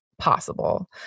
possible